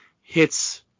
hits